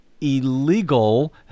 illegal